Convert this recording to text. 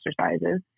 exercises